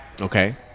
Okay